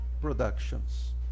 productions